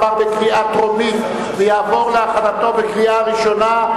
עברה בקריאה טרומית ותעבור להכנתה בקריאה ראשונה,